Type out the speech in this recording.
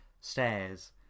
stairs